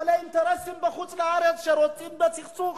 בעלי אינטרסים בחוץ-לארץ שרוצים בסכסוך